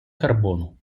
карбону